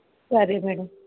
సరే మేడం